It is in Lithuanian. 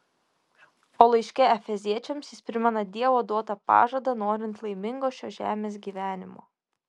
o laiške efeziečiams jis primena dievo duotą pažadą norint laimingo šios žemės gyvenimo